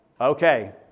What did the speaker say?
Okay